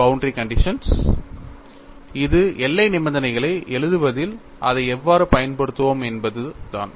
boundary conditions இது எல்லை நிபந்தனைகளை எழுதுவதில் அதை எவ்வாறு பயன்படுத்துவோம் என்பது தான்